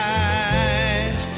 eyes